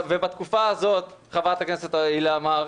בתקופה הזאת, חברת הכנסת הילה מארק,